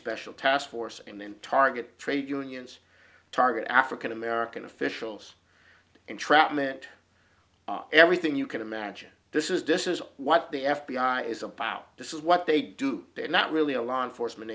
special task force and then target trade unions target african american officials entrapment everything you can imagine this is disses what the f b i is about this is what they do they're not really a law enforcement